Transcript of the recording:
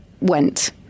went